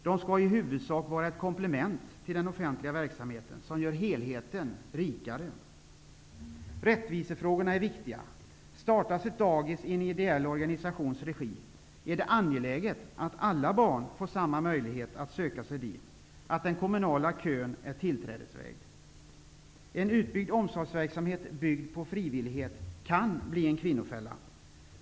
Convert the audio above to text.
De skall i huvudsak vara ett komplement till den offentliga verksamheten som gör helheten rikare. Rättvisefrågorna är viktiga. Om ett dagis startas i en ideell organisations regi är det angeläget att alla barn får samma möjlighet att söka sig dit, dvs. att den kommunala kön är tillträdesväg. En utbyggd omsorgsverksamhet byggd på frivillighet kan bli en kvinnofälla.